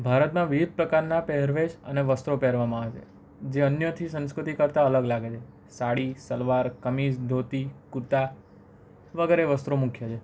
ભારતના વિવિધ પ્રકારના પહેરવેશ અને વસ્ત્રો પહેરવામાં આવે છે જે અન્યથી સંસ્કૃતિ કરતા અલગ લાગે છે સાડી સલવાર કમિઝ ધોતી કુર્તા વગેરે વસ્ત્રો મુખ્ય છે